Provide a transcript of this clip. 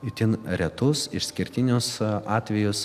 itin retus išskirtinius atvejus